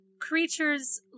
creatures